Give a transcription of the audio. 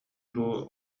дуу